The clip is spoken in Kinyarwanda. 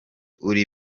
uri